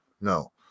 no